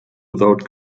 without